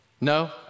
No